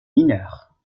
mineures